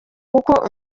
kuko